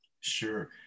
Sure